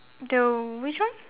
the which one